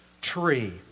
tree